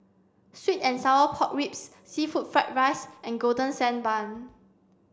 sweet and sour pork ribs seafood fried rice and golden sand bun